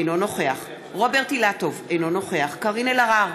אינו נוכח רוברט אילטוב, אינו נוכח קארין אלהרר,